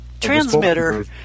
transmitter